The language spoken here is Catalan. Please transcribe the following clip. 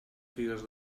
figues